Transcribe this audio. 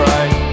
Right